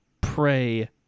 pray